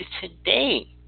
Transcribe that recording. Today